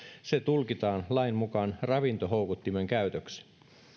se tulkitaan lain mukaan ravintohoukuttimen käytöksi